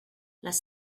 les